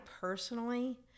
personally